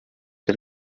che